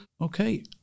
Okay